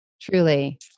truly